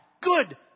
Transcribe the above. Good